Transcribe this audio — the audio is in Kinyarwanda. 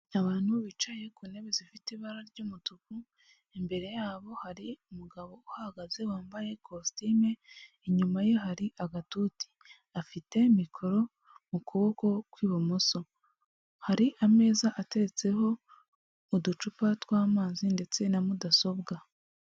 Abantu bicaye ku ntebe zifite ibara ry'umutuku, imbere yabo hari umugabo uhahagaze wambaye ikositimu, inyuma ye hari agatuti, afite mikoro mu kuboko kw'ibumoso, hari ameza ateretseho uducupa tw'amazi ndetse na mudasobwa.